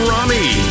Rami